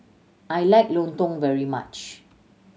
I like Lontong very much